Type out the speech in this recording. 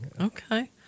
Okay